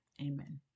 Amen